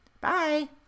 Bye